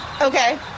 Okay